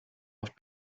oft